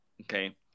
okay